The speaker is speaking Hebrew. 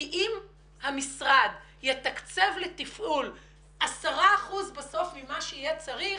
כי אם המשרד יתקצב לתפעול 10 אחוזים ממה שיהיה צריך,